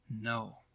No